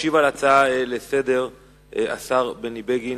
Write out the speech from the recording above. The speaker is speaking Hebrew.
ישיב על ההצעה לסדר-היום השר בני בגין,